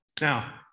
Now